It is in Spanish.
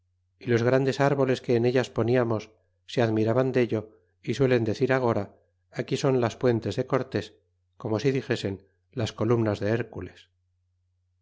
los grandes árboles que en ellas poniamos se admiran cieno y suelen decir agora aquí son las puentes de cortés como si dixesen las coltmas de hércules